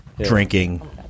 drinking